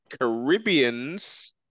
Caribbeans